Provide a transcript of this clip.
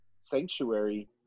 sanctuary